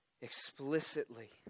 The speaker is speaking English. explicitly